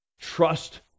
Trust